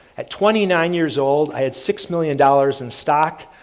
at twenty nine years old, i had six million dollars in stock,